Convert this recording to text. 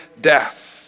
death